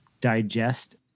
digest